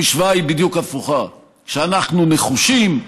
המשוואה היא בדיוק הפוכה: כשאנחנו נחושים,